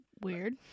Weird